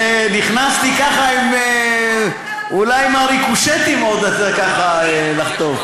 זה נכנס לי ככה, אולי מהריקושטים לחטוף.